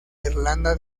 irlanda